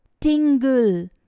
tingle